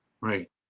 Right